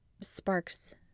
sparks